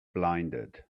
blinded